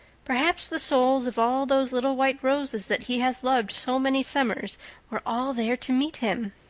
perhaps the souls of all those little white roses that he has loved so many summers were all there to meet him.